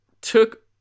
took